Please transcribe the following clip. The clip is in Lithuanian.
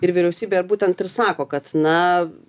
ir vyriausybė būtent ir sako kad na